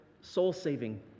soul-saving